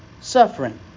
suffering